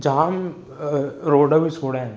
जाम road बि सोड़ा आहिनि